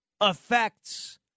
affects